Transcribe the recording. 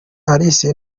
alice